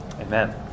Amen